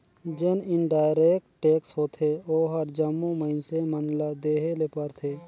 जेन indirect tax होथे ओहर जम्मो मइनसे मन ल देहे ले परथे